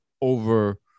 over